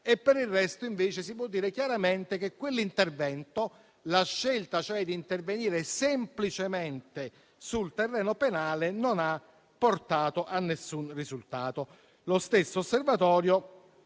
e per il resto si può dire chiaramente che quell'intervento, la scelta cioè di intervenire semplicemente sul terreno penale, non ha portato a nessun risultato. Lo stesso osservatorio